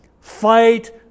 fight